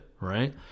right